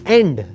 end